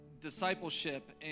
discipleship